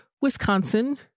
Wisconsin